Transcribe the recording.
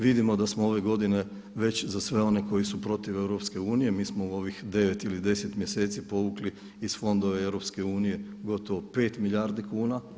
Vidimo da smo ove godine već za sve one koji su protiv EU, mi smo u ovih 9 ili 10 mjeseci povukli iz fondova EU gotovo 5 milijardi kuna.